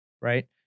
right